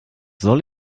soll